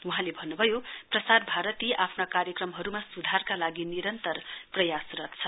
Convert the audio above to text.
वहाँले भन्नभयो प्रसार भारती आफ्ना कार्यक्रमहरूमा सुधारका लागि निरन्तर प्रयासरत छ